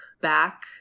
back